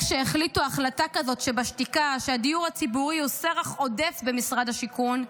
כשהחליטו החלטה כזאת שבשתיקה שהדיור הציבורי הוא סרח עודף במשרד השיכון,